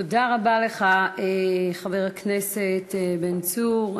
תודה רבה לך, חבר הכנסת בן צור.